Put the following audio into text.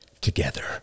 together